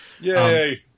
Yay